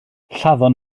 lladdon